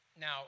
Now